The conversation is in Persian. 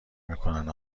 میکنن